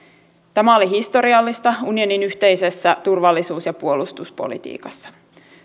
tämä oli historiallista unionin yhteisessä turvallisuus ja puolustuspolitiikassa